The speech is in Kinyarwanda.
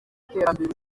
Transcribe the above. iterambere